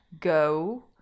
go